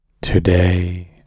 Today